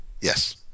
Yes